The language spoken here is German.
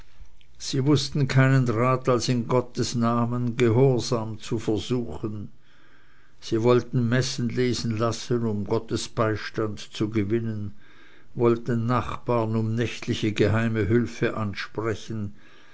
sie wußten keinen rat als in gottes namen gehorsam zu versuchen sie wollten messen lesen lassen um gottes beistand zu gewinnen wollten nachbaren um nächtliche geheime hülfe ansprechen